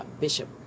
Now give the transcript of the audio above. Bishop